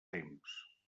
temps